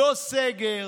לא סגר.